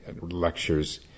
lecture's